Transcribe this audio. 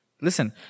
Listen